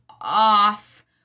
off